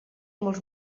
molts